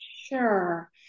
Sure